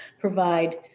provide